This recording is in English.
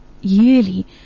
yearly